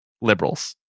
liberals